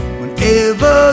whenever